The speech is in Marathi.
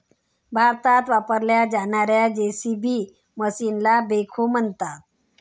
भारतात वापरल्या जाणार्या जे.सी.बी मशीनला बेखो म्हणतात